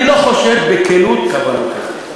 אני לא חושד בכנות כוונותיך.